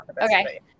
Okay